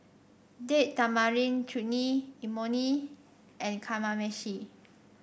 Date Tamarind Chutney Imoni and Kamameshi